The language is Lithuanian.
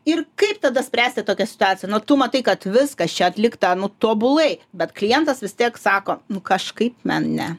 ir kaip tada spręsti tokią situaciją nu tu matai kad viskas čia atlikta nu tobulai bet klientas vis tiek sako nu kažkaip man ne